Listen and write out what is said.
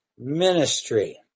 Ministry